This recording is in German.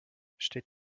steht